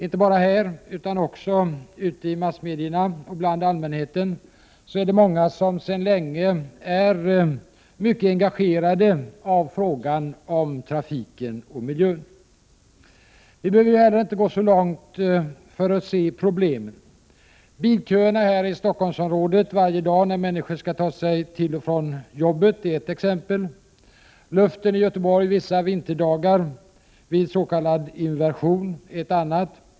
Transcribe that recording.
Inte bara här utan också i massmedierna och bland allmänheten engageras många sedan länge av frågan om trafiken och miljön. Vi behöver heller inte gå så långt för att se problemen. Bilköerna här i Stockholmsområdet varje dag när människor skall ta sig till och från jobbet är ett exempel. Luften i Göteborg vissa vinterdagar vid s.k. inversion är ett annat.